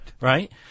Right